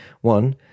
one